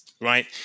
right